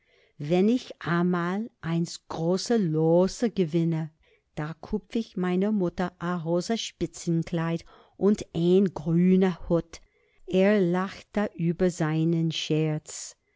wenn ich amal s große los gewinne da koof ich meiner mutter a rosa spitzenkleid und een grün hutt er lachte über seinen scherz